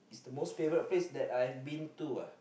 the most favourite place that I have been to uh